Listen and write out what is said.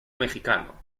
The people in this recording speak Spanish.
mexicano